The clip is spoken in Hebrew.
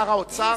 שר האוצר?